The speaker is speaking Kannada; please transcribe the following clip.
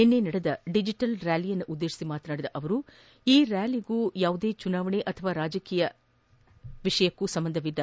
ನಿನ್ನೆ ನಡೆದ ಡಿಜೆಬಲ್ ರಾಲಿಯನ್ನುದ್ದೇಶಿಸಿ ಮಾತನಾಡಿದ ಅವರು ಈ ರಾಲಿಯೂ ಯಾವುದೇ ಚುನಾವಣಾ ಅಥವಾ ರಾಜಕೀಯ ವಿಷಯಕ್ಕೂ ಸಂಬಂಧವಿಲ್ಲ